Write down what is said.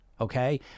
Okay